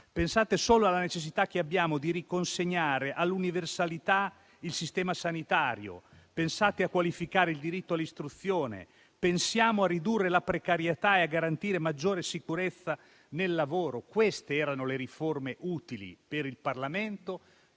Pensate solo alla necessità che abbiamo di riconsegnare all'universalità il sistema sanitario; pensate a qualificare il diritto all'istruzione, pensiamo a ridurre la precarietà e a garantire maggiore sicurezza nel lavoro. Queste erano le riforme utili per il Parlamento